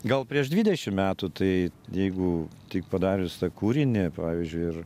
gal prieš dvidešim metų tai jeigu tik padarius tą kūrinį pavyzdžiui ir